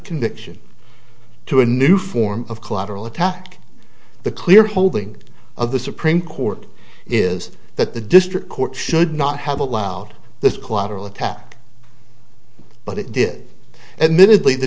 conviction to a new form of collateral attack the clear holding of the supreme court is that the district court should not have allowed this collateral attack but it did and